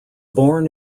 born